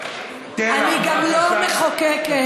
אני גם לא מחוקקת,